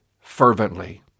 fervently